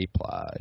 apply